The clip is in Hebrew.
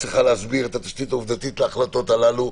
צריכה להסביר את התשתית העובדתית להחלטות האלה.